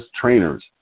trainers